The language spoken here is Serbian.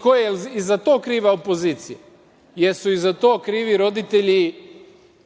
ko, jel i za to kriva opozicija? Jesu i za to krivi roditelji